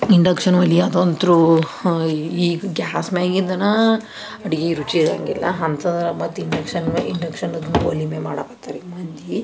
induction ಒಲೆ ಅದಂತೂ ಹಾಂ ಈಗ ಗ್ಯಾಸ್ ಮ್ಯಾಗಿಂದನಾ ಅಡ್ಗೆ ರುಚಿ ಇರೋಂಗಿಲ್ಲ ಅಂತದ್ರಾಗ ಮತ್ತು ಇಂಡಕ್ಷನ್ ಮೆ ಇಂಡಕ್ಷನದು ಒಲೆ ಮೆ ಮಾಡಾಕತ್ತಾರೆ ಮಂದಿ